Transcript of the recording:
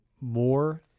more